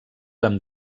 amb